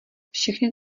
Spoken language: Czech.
všechny